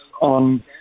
on